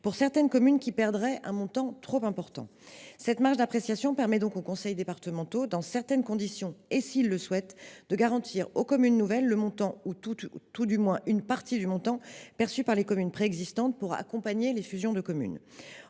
pour certaines communes qui perdraient un montant trop important. Cette marge d’appréciation permet donc aux conseils départementaux, dans certaines conditions et s’ils le souhaitent, de garantir aux communes nouvelles tout ou partie du montant perçu par les communes préexistantes pour accompagner ces fusions de communes.